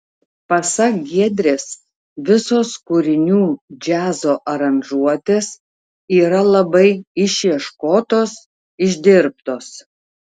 pasak giedrės visos kūrinių džiazo aranžuotės yra labai išieškotos išdirbtos